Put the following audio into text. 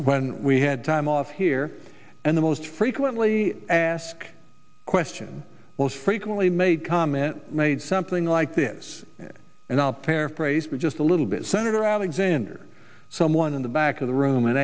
when we had time off here and the most frequently asked question most frequently made comment made something like this and i'll paraphrase but just a little bit senator alexander someone in the back of the r